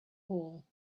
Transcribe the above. hole